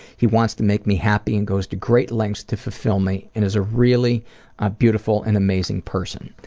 he wants to make me happy and goes to great lengths to fulfill me and is a really ah beautiful and amazing person.